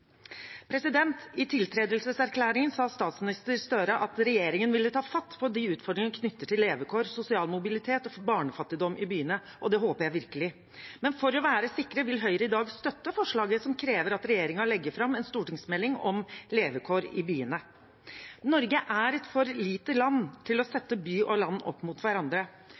I tiltredelseserklæringen sa statsminister Gahr Støre at regjeringen ville ta fatt på utfordringene knyttet til levekår, sosial mobilitet og barnefattigdom i byene, og det håper jeg virkelig at de gjør. Men for å være sikre vil Høyre i dag støtte forslaget som krever at regjeringen legger fram en stortingsmelding om levekår i byene. Norge er et for lite land til å sette by og land opp mot hverandre.